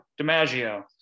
DiMaggio